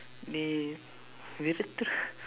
நீ நிறுத்து:nii niruththu